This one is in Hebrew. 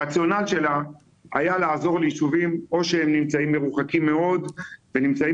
הרציונל היה לעזור ליישובים או שהם נמצאים מרוחקים מאוד ונמצאים